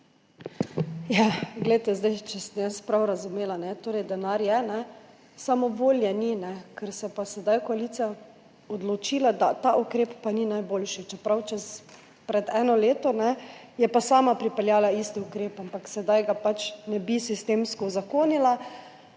Če sem jaz prav razumela, torej denar je, samo volje ni, ker se je pa sedaj koalicija odločila, da ta ukrep pa ni najboljši, čeprav je pred enim letom sama pripeljala isti ukrep, ampak sedaj ga pač ne bi sistemsko uzakonila